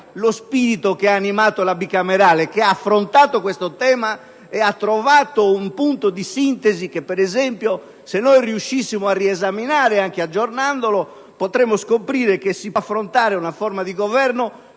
lo spirito che ha animato la Bicamerale, che ha affrontato questo tema e ha trovato un punto di sintesi; ad esempio, se noi riuscissimo a riesaminarlo, anche aggiornandolo, potremmo scoprire che si possono affrontare i temi della forma di Governo,